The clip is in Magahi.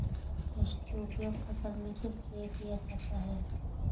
फॉस्फेट की उपयोग फसल में किस लिए किया जाता है?